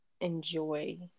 enjoy